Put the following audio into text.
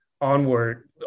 onward